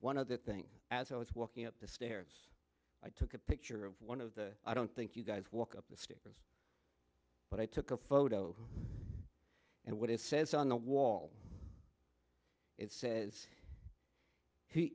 one of the things as i was walking up the stairs a picture of one of the i don't think you guys walk up the street but i took a photo and what it says on the wall it says he